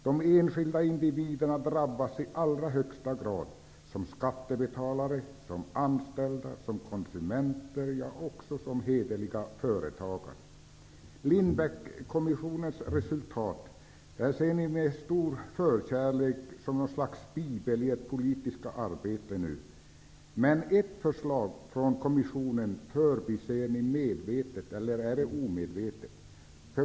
De enskilda individerna drabbas i allra högsta grad, som skattebetalare, som anställda, som konsumenter och som hederliga företagare. Lindbeckkommissionens resultat ser ni med stor förkärlek som en bibel i ert politiska arbete, men ett förslag från kommissionen förbiser ni medvetet -- eller är det omedvetet?